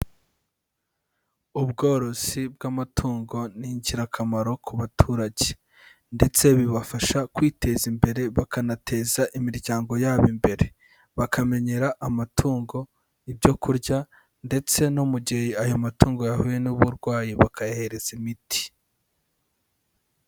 Ubworozi bw'amatungo ni ingirakamaro ku baturage ndetse bibafasha kwiteza imbere bakanateza imiryango yabo imbere, bakamenyera amatungo ibyo kurya ndetse no mu gihe ayo matungo yahuye n'uburwayi bakayahereza imiti.